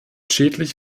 schädlich